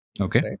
Okay